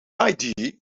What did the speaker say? idea